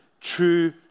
true